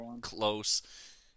close